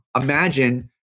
Imagine